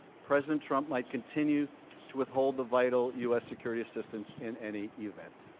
president trump might continue to withhold the vital u s. security assistance in any event.